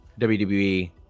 wwe